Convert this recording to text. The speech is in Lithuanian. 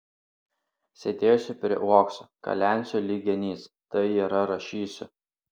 sėdėsiu prie uokso kalensiu lyg genys tai yra rašysiu